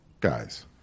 guys